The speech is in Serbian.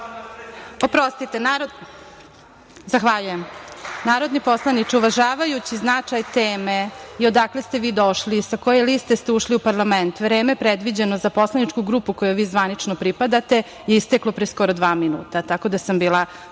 Zahvaljujem. Narodni poslaniče, uvažavajući značaj teme i odakle ste vi došli i sa koje liste ste ušli u parlament, vreme predviđeno za poslaničku grupu kojoj vi zvanično pripadate je isteklo pre skoro dva minuta,